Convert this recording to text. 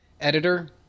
Editor